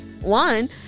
One